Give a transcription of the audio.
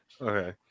Okay